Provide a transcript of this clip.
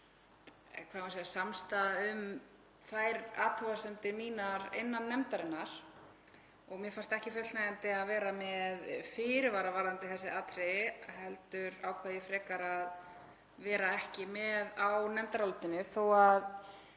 ekki nást samstaða um þær athugasemdir mínar innan nefndarinnar og mér fannst ekki fullnægjandi að vera með fyrirvara varðandi þessi atriði heldur ákvað ég frekar að vera ekki með á nefndarálitinu, þó að